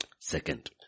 Second